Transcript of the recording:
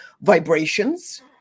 vibrations